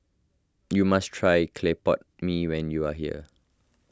you must try Clay Pot Mee when you are here